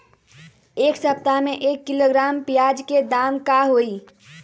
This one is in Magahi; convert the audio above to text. एक सप्ताह में एक किलोग्राम प्याज के दाम का होई?